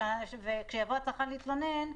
וכשיבוא הצרכן להתלונן,